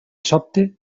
sobte